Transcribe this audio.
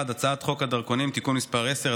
1. הצעת חוק הדרכונים (תיקון מס' 10),